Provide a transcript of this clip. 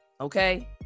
okay